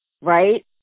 right